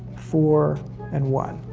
four and one.